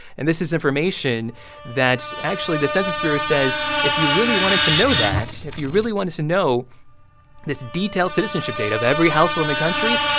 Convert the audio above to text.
and this is information that actually, the census bureau says if you really wanted to know that, if you really wanted to know this detailed citizenship data of every household in the country,